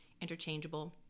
interchangeable